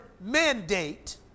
mandate